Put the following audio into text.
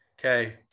Okay